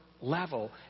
level